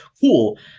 Cool